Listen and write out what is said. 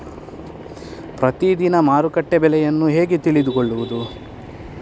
ಪ್ರತಿದಿನದ ಮಾರುಕಟ್ಟೆ ಬೆಲೆಯನ್ನು ಹೇಗೆ ತಿಳಿದುಕೊಳ್ಳುವುದು?